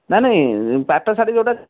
ନାଇଁ ନାଇଁ ପାଟ ଶାଢ଼ୀ ଯେଉଁଟା